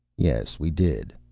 yes, we did.